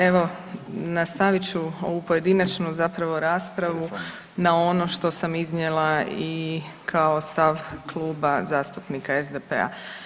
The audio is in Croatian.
Evo nastavit ću ovu pojedinačnu zapravo raspravu na ono što sam iznijela i kao stav Kluba zastupnika SDP-a.